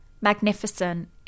magnificent